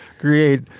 create